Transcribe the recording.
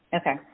Okay